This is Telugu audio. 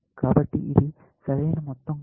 కాబట్టి ఇది సరైన మొత్తం కాదు